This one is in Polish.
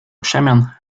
przemian